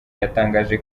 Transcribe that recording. yatangaje